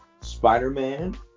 Spider-Man